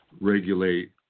regulate